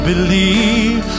believe